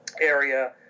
area